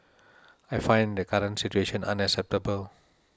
I find the current situation unacceptable